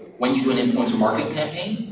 when you do an influencer marketing campaign,